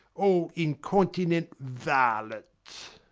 all incontinent varlets!